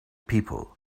people